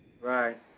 Right